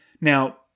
Now